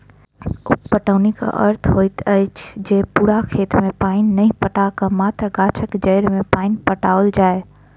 उप पटौनीक अर्थ होइत अछि जे पूरा खेत मे पानि नहि पटा क मात्र गाछक जड़ि मे पानि पटाओल जाय